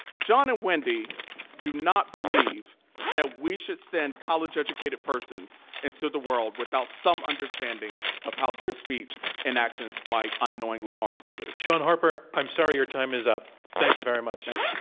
john and wendy do not believe that we should send collegeeducated persons into the world without some understanding of how their speech and actions might unknowingly harm others. shaun harper, i'm sorry, your time is up. thank you very much. like